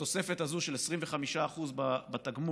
והתוספת הזאת של 25% בתגמול